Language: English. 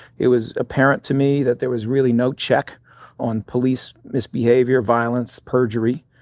it was apparent to me that there was really no check on police misbehavior, violence, perjury.